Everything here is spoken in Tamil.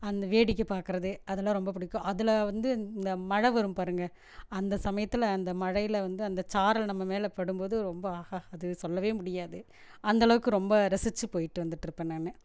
அந்த வேடிக்கை பார்க்குறது அதெலாம் ரொம்ப பிடிக்கும் அதில் வந்து இந்த மழை வரும் பாருங்கள் அந்த சமயத்தில் அந்த மழையில் வந்து அந்த சாரல் நம்ம மேலே படும்போது ரொம்ப ஆஹா அது சொல்லவே முடியாது அந்த அளவுக்கு ரொம்ப ரசித்து போய்விட்டு வந்துட்டு இருப்பேன் நான்